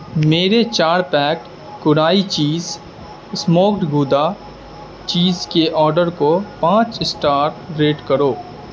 میرے چار pack gouda cheese smoked gouda cheese کے آڈر کو پانچ اسٹار ریٹ کرو